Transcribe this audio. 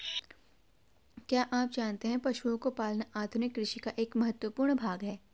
क्या आप जानते है पशुओं को पालना आधुनिक कृषि का एक महत्वपूर्ण भाग है?